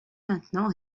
maintenant